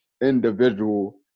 individual